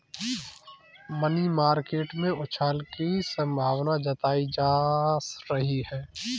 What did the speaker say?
money market में उछाल की संभावना जताई जा रही है